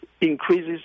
increases